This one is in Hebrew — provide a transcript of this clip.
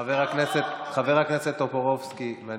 חבר הכנסת ניצן הורוביץ, בבקשה.